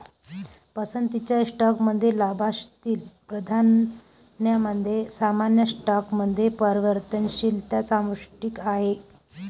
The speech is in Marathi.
पसंतीच्या स्टॉकमध्ये लाभांशातील प्राधान्यामध्ये सामान्य स्टॉकमध्ये परिवर्तनशीलता समाविष्ट आहे